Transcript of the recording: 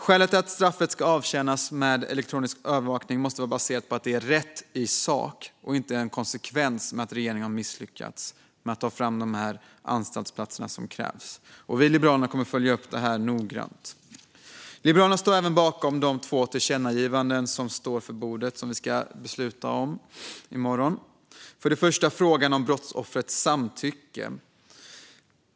Skälet till att straffet ska avtjänas med elektronisk övervakning måste vara baserat på att detta är rätt i sak och inte en konsekvens av att regeringen har misslyckats med att ta fram de anstaltsplatser som krävs. Vi i Liberalerna kommer att följa upp detta noggrant. Liberalerna står även bakom de två tillkännagivanden som ligger på bordet och som vi ska besluta om imorgon. Det gäller för det första frågan om brottsoffrets samtycke.